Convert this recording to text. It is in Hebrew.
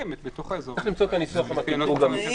צריך למצוא את הניסוח המתאים פה.